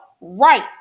Right